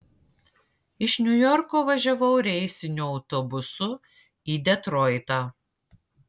iš niujorko važiavau reisiniu autobusu į detroitą